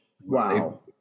Wow